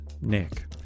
nick